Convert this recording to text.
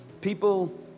people